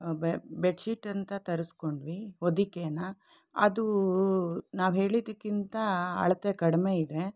bedsheet ಅಂತ ತರಿಸಿಕೊಂಡ್ವಿ ಹೊದಿಕೆನ ಅದು ನಾವು ಹೇಳಿದ್ದಕ್ಕಿಂತ ಅಳತೆ ಕಡಿಮೆ ಇದೆ